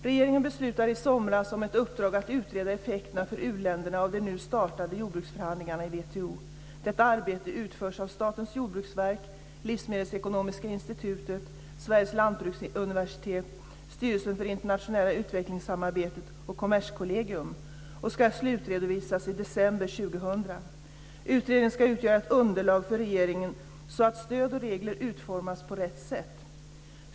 Regeringen beslutade i somras om ett uppdrag att utreda effekterna för u-länderna av de nu startade jordbruksförhandlingarna i WTO. Detta arbete utförs av Statens jordbruksverk, Livsmedelsekonomiska institutet, Sveriges lantbruksuniversitet, Styrelsen för internationellt utvecklingssamarbete och Kommerskollegium, och ska slutredovisas i december 2000. Utredningen ska utgöra ett underlag för regeringen så att stöd och regler utformas på rätt sätt.